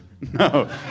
No